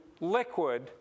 liquid